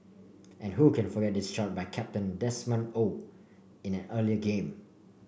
and who can forget this shot by captain Desmond Oh in an earlier game